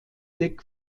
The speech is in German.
deck